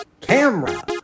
camera